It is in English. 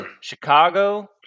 chicago